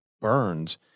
burns